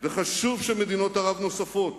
וחשוב שמדינות ערב נוספות,